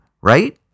right